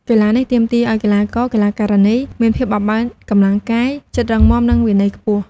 កីឡានេះទាមទារឲ្យកីឡាករ-កីឡាការិនីមានភាពបត់បែន កម្លាំងកាយ ចិត្តរឹងមាំ និងវិន័យខ្ពស់។